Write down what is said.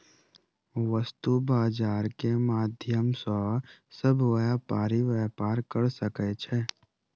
वस्तु बजार के माध्यम सॅ सभ व्यापारी व्यापार कय सकै छै